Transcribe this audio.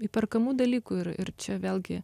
įperkamų dalykų ir ir čia vėlgi